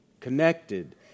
connected